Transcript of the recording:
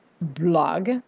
blog